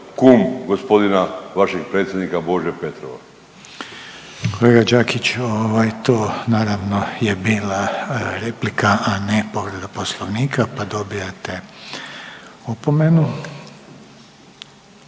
kum gospodina vašeg predsjednika Bože Petrova. **Reiner, Željko (HDZ)** Kolega Đakić, ovaj to naravno je bila replika, a ne povreda poslovnika, pa dobijate opomenu.